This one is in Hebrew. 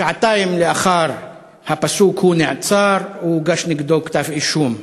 שעתיים לאחר הפסוק הוא נעצר, הוגש נגדו כתב-אישום.